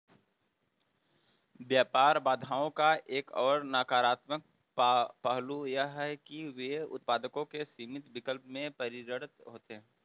व्यापार बाधाओं का एक और नकारात्मक पहलू यह है कि वे उत्पादों के सीमित विकल्प में परिणत होते है